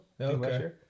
okay